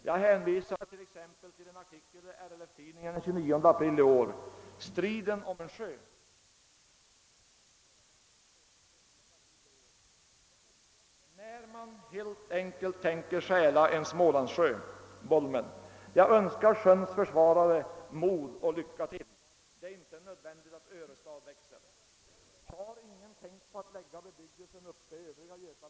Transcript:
Jag hänvisar t.ex. till en artikel i RLF-tidningen den 29 april i år: >Striden om en sjö.> Den aktualiserar problemet med vattnet till den skånska centralbygden, när man helt enkelt tänker stjäla en smålandssjö — Bolmen. Jag önskar sjöns försvarare mod och lycka till! Det är inte nödvändigt att Örestad växer. Har ingen tänkt på att lägga bebyggelsen uppe i övriga Götaland i stället?